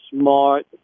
smart